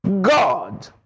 God